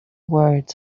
words